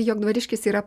jog dvariškis yra